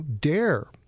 dare